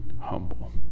humble